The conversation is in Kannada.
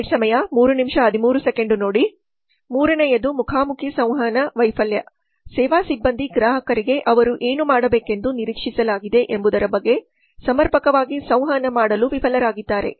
ಮೂರನೆಯದು ಮುಖಾಮುಖಿ ಸಂವಹನ ವೈಫಲ್ಯ ಸೇವಾ ಸಿಬ್ಬಂದಿ ಗ್ರಾಹಕರಿಗೆ ಅವರು ಏನು ಮಾಡಬೇಕೆಂದು ನಿರೀಕ್ಷಿಸಲಾಗಿದೆ ಎಂಬುದರ ಬಗ್ಗೆ ಸಮರ್ಪಕವಾಗಿ ಸಂವಹನ ಮಾಡಲು ವಿಫಲರಾಗಿದ್ದಾರೆ